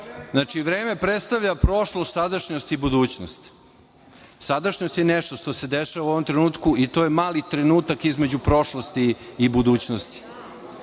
Znači, vreme predstavlja prošlost, sadašnjost i budućnost. Sadašnjost je nešto što se dešava u ovom trenutku i to je mali trenutak između prošlosti i budućnosti.